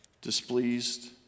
displeased